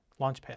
launchpad